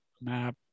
map